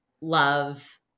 love